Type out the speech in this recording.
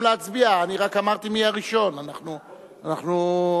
הודעה לסגן מזכירת הכנסת, יותר מאוחר, תודה רבה.